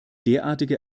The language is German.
derartige